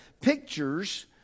pictures